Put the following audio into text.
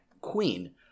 queen